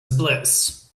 bliss